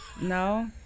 No